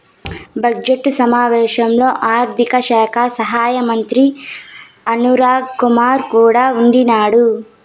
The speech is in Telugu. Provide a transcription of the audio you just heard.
బడ్జెట్ సమావేశాల్లో ఆర్థిక శాఖ సహాయమంత్రి అనురాగ్ రాకూర్ కూడా ఉండిన్నాడు